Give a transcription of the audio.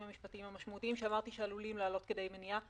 המשפטיים המשמעותיים שעלולים לעלות כדי מניעה.